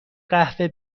قهوه